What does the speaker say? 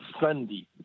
sunday